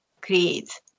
create